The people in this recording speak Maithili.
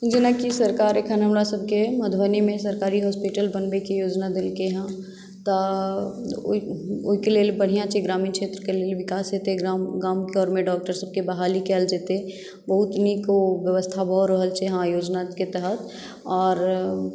जेनाकि सरकार अखन हमरासभकेँ मधुबनीमे सरकारी हॉस्पीटल बनबैके योजना देलकै हेँ तऽ ओहि ओहिके लेल बढ़िआँ छै ग्रामीण क्षेत्रक लेल विकास हेतै ग्राम गाम घरमे डॉक्टरसभके बहाली कयल जेतैक बहुत नीक ओ व्यवस्था भऽ रहल छै हँ योजनाके तहत आओर